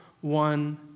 one